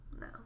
No